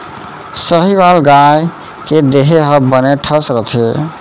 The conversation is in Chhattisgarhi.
साहीवाल गाय के देहे ह बने ठस रथे